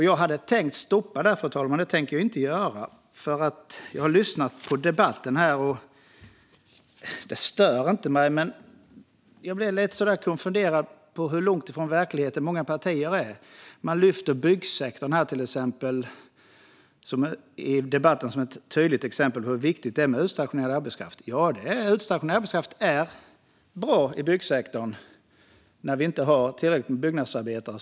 Jag hade tänkt sluta där, fru talman. Men det gör jag inte, för jag har lyssnat på debatten här. Det stör mig inte, men jag blir lite konfunderad över hur långt från verkligheten många partier är. Man lyfter fram byggsektorn som ett tydligt exempel på hur viktigt det är med utstationerad arbetskraft. Ja, det är bra med utstationerad arbetskraft i byggsektorn när vi inte har tillräckligt med byggnadsarbetare.